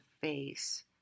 face